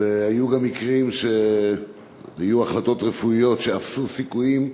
והיו גם מקרים שהיו החלטות רפואיות שאפסו הסיכויים,